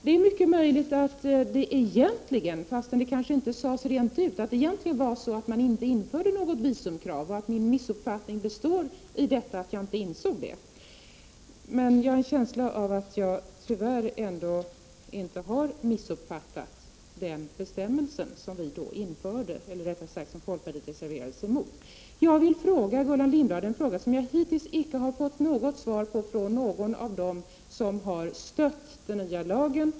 Det är mycket möjligt att man egentligen, fastän det kanske inte sades rent ut, inte införde något visumkrav. Min missuppfattning består i att jag inte insåg det. Men jag har en känsla av att jag tyvärr ändå inte missuppfattade den bestämmelse som vi införde — rättare sagt som folkpartiet reserverade sig emot. Jag vill till Gullan Lindblad ställa en fråga, som jag hittills icke har fått något svar på från någon av dem som har stött den nya lagen.